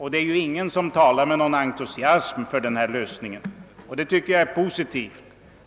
Ingen talar ju heller om den med någon entusiasm — vilket i och för sig är en positiv sak.